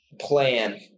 plan